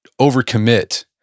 overcommit